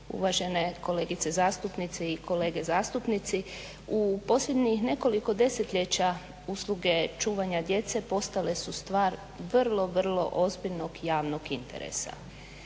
uvažene kolegice zastupnice i kolege zastupnici. U posljednjih nekoliko desetljeća usluge čuvanja djece postale su stvar vrlo, vrlo ozbiljnog javnog interesa.